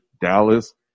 Dallas